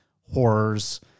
horrors